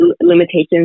limitations